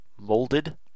molded